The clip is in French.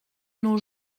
nos